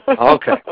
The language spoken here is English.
Okay